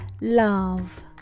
love